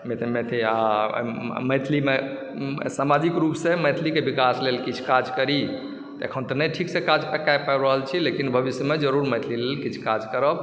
आ मैथिलीमे सामाजिक रूपसँ मैथिलीके विकास लेल किछु काज करि अखन तऽ नहि ठीकसँ काज कए पाबि रहल छी लेकिन भविष्यमे जरूर मैथिली लेल किछु काज करब